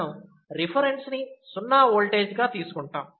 మనం రిఫరెన్స్ ని సున్నా ఓల్టేజ్గా తీసుకుంటాం